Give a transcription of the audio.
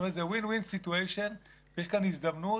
זאת אומרת, זה win-win situation ויש כאן הזדמנות